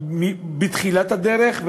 בתחילת הדרך,